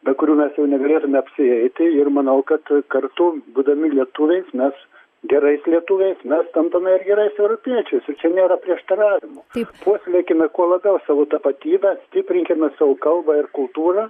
be kurių mes jau negalėtume apsieiti ir manau kad kartu būdami lietuviais mes gerais lietuviais mes tampame ir gerais europiečiais ir čia nėra prieštaravimų puoselėkime kuo labiau savo tapatybę stiprinkime savo kalbą ir kultūrą